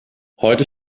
heute